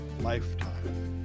lifetime